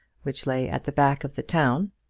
which lay at the back of the town,